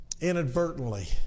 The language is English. inadvertently